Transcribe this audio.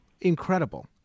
Incredible